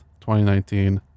2019